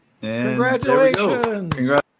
Congratulations